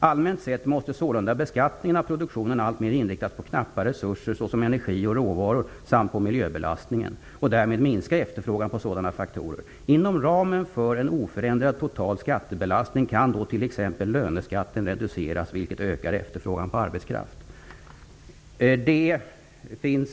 Allmänt sett måste sålunda beskattningen av produktionen alltmer inriktas på knappa resurser såsom energi och råvaror samt på miljöbelastningen och därmed minska efterfrågan på sådana faktorer. Inom ramen för en oförändrad total skattebelastning kan då t.ex. löneskatten reduceras vilket ökar efterfrågan på arbetskraft.'' Fru talman!